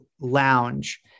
lounge